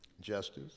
justice